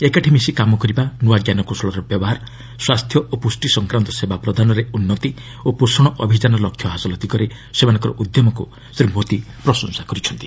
ଏକାଠି ମିଶି କାମ କରିବା ନୂଆ ଜ୍ଞାନକୌଶଳର ବ୍ୟବହାର ସ୍ୱାସ୍ଥ୍ୟ ଓ ପୁଷ୍ଟି ସଂକ୍ରାନ୍ତ ସେବା ପ୍ରଦାନରେ ଉନ୍ନତି ଓ ପୋଷଣ ଅଭିଯାନ ଲକ୍ଷ୍ୟ ହାସଲ ଦିଗରେ ସେମାନଙ୍କର ଉଦ୍ୟମକୁ ଶ୍ରୀ ମୋଦି ପ୍ରଶଂସା କରିଛନ୍ତି